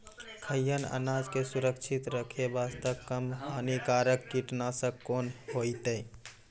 खैहियन अनाज के सुरक्षित रखे बास्ते, कम हानिकर कीटनासक कोंन होइतै?